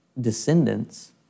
descendants